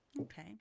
Okay